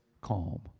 calm